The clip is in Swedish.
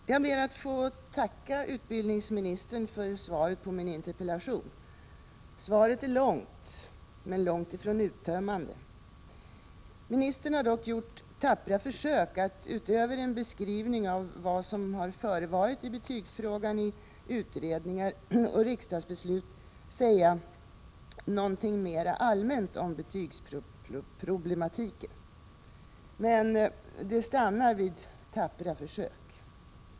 Herr talman! Jag ber att få tacka utbildningsministern för svaret på min interpellation. Svaret är långt men långtifrån uttömmande. Ministern har dock gjort tappra försök att utöver en beskrivning av vad som har förevarit i betygsfrågan i utredningar och riksdagsbeslut säga ”något mera allmänt om betygsproblematiken”. Men det stannar vid tappra försök.